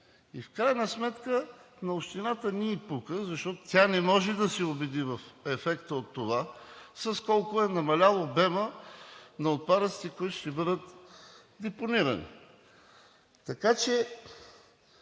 И в крайна сметка на общината не ѝ пука, защото тя не може да се убеди в ефекта от това с колко е намалял обемът на отпадъците, които ще бъдат депонирани. Така че